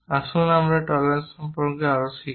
আসুন এই টলারেন্স সম্পর্কে আরও শিখি